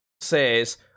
says